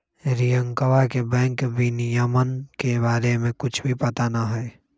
रियंकवा के बैंक विनियमन के बारे में कुछ भी पता ना हई